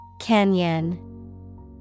Canyon